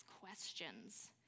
questions